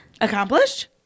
Accomplished